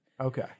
Okay